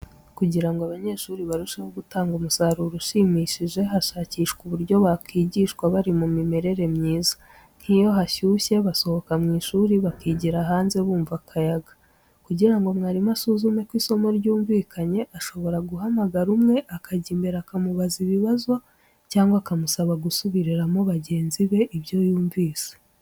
Kugira ngo abanyeshuri barusheho gutanga umusaruro ushimishije, hashakishwa uburyo bakwigishwa bari mu mimerere myiza, nk'iyo hashyushye basohoka mu ishuri bakigira hanze bumva akayaga. Kugira ngo mwarimu asuzume ko isomo ryumvikanye, ashobora guhamagara umwe akajya imbere akamubaza ibibazo cyangwa akamusaba gusubiriramo bagenzi be ibyo yumvise.